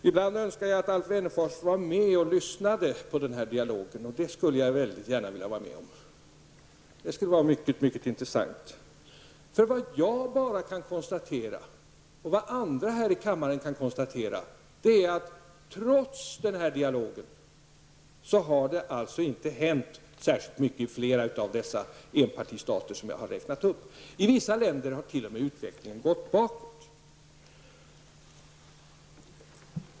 Statsrådet sade att hon ibland önskade att Alf Wennerfors skulle vara med och lyssna. Det skulle vara mycket intressant. Jag och andra här i kammaren kan konstatera att det trots denna dialog inte har hänt särskilt mycket i flera av de enpartistater som jag har räknat upp. I vissa länder har utvecklingen t.o.m. gått bakåt.